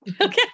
Okay